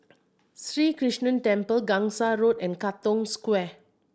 Sri Krishnan Temple Gangsa Road and Katong Square